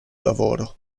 lavoro